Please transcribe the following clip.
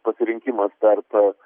pasirinkimas tarp tarp